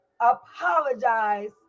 apologize